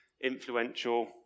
influential